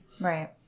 right